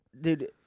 Dude